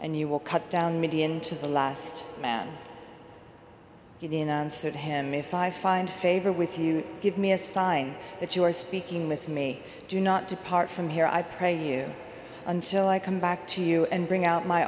and you will cut down median to the last man get in and sit him if i find favor with you give me a sign that you are speaking with me do not depart from here i pray you until i come back to you and bring out my